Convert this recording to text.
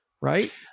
right